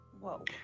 Whoa